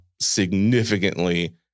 significantly